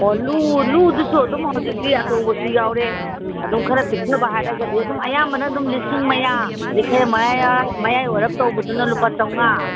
ꯑꯣ ꯂꯨ ꯂꯨꯗꯨꯁꯨ ꯑꯗꯨꯝ ꯍꯧꯖꯤꯛꯇꯤ ꯑꯆꯧꯕꯁꯨ ꯌꯥꯎꯔꯦ ꯑꯗꯨꯝ ꯈꯔ ꯄꯤꯛꯊꯕ ꯍꯥꯏꯔꯒꯗꯤ ꯑꯗꯨꯝ ꯑꯌꯥꯝꯕꯅ ꯑꯗꯨꯝ ꯂꯤꯁꯤꯡ ꯃꯌꯥ ꯑꯗꯒꯤ ꯈꯔ ꯃꯌꯥꯏ ꯑꯣꯏꯔꯞ ꯇꯧꯕꯗꯨꯅ ꯂꯨꯄꯥ ꯆꯥꯝꯃꯉꯥ